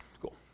cool